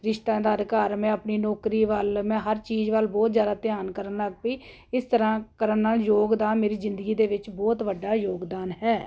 ਰਿਸ਼ਤਾਦਾਰ ਘਰ ਮੈਂ ਆਪਣੀ ਨੌਕਰੀ ਵੱਲ ਮੈਂ ਹਰ ਚੀਜ਼ ਵੱਲ ਬਹੁਤ ਜ਼ਿਆਦਾ ਧਿਆਨ ਕਰਨ ਲੱਗ ਪਈ ਇਸ ਤਰ੍ਹਾਂ ਕਰਨ ਨਾਲ ਯੋਗ ਦਾ ਮੇਰੀ ਜ਼ਿੰਦਗੀ ਦੇ ਵਿੱਚ ਬਹੁਤ ਵੱਡਾ ਯੋਗਦਾਨ ਹੈ